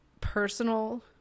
personal